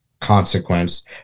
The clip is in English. consequence